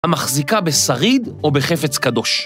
‫המחזיקה בשריד או בחפץ קדוש.